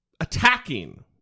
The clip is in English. attacking